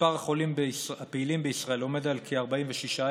מספר החולים הפעילים בישראל עומד על כ-46,000.